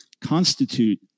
constitute